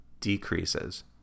decreases